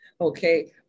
okay